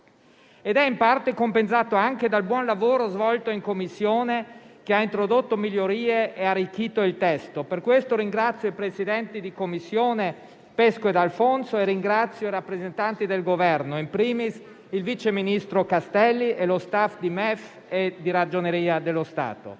Ed è in parte compensato anche dal buon lavoro svolto in Commissione, che ha introdotto migliorie e ha arricchito il testo; per questo ringrazio i presidenti di Commissione Pesco e Alfonso e ringrazio i rappresentanti del Governo, *in primis* il vice ministro Castelli, e lo *staff* di MEF e di Ragioneria dello Stato.